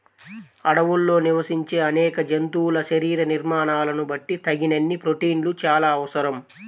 అడవుల్లో నివసించే అనేక జంతువుల శరీర నిర్మాణాలను బట్టి తగినన్ని ప్రోటీన్లు చాలా అవసరం